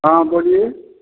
हाँ बोलिए